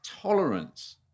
tolerance